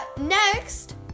next